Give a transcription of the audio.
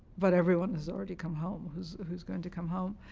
but everyone has already come home who's who's going to come home,